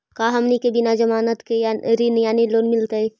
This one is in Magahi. का हमनी के बिना जमानत के ऋण यानी लोन मिलतई?